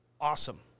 awesome